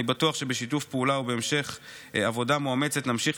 אני בטוח שבשיתוף פעולה ובהמשך עבודה מאומצת נמשיך